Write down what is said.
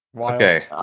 Okay